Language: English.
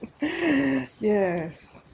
Yes